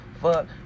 fuck